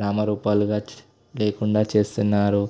నామరూపాలు లేకుండా చేస్తున్నారు